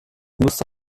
müsste